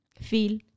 feel